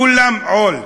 כולם עול: